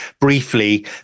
briefly